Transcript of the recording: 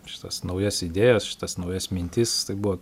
šitas naujas idėjas šitas naujas mintis tai buvo